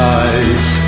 eyes